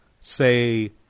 say